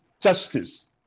justice